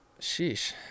Sheesh